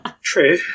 True